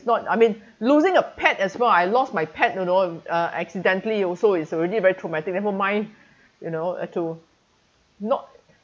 not I mean losing a pet as well I lost my pet you know um uh accidentally also is already very traumatic never mind you know uh to not